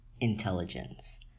intelligence